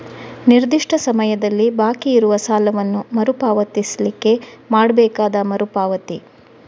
ನಿರ್ದಿಷ್ಟ ಸಮಯದಲ್ಲಿ ಬಾಕಿ ಇರುವ ಸಾಲವನ್ನ ಮರು ಪಾವತಿಸ್ಲಿಕ್ಕೆ ಮಾಡ್ಬೇಕಾದ ಮರು ಪಾವತಿ